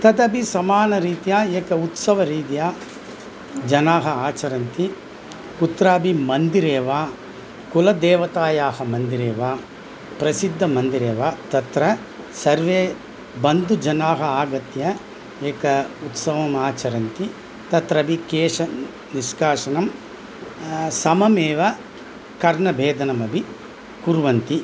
तदापि समानरीत्या एकः उत्सवरीत्या जनाः आचरन्ति कुत्रापि मन्दिरे वा कुलदेवतायाः मन्दिरेव प्रसिद्धमन्दिरेव तत्र सर्वे बन्धुजनाः आगत्य एकम् उत्सवम् आचरन्ति तत्रपि केश न् निष्कासनं सममेव कर्णभेदनमपि कुर्वन्ति